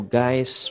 guys